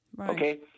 Okay